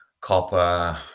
copper